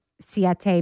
siete